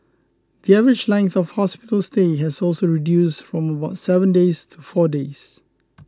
the average length of hospital stay has also reduced from about seven days to four days